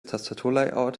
tastaturlayout